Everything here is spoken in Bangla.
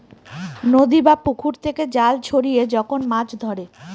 নদী বা পুকুর থেকে জাল ছড়িয়ে যখন মাছ ধরে